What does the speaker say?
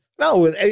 no